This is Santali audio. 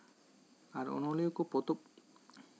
ᱟᱨ ᱚᱱᱚᱞᱤᱭᱟᱹ ᱠᱚ ᱯᱚᱛᱚᱵ